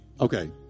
Okay